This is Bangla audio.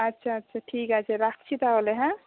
আচ্ছা আচ্ছা ঠিক আছে রাখছি তাহলে হ্যাঁ